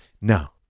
No